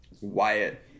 Wyatt